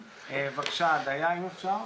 בבקשה, עדיה, אם אפשר.